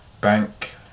bank